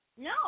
No